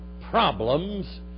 problems